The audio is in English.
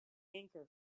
anchor